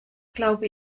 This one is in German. glaube